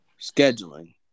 Scheduling